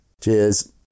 Cheers